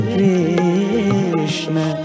Krishna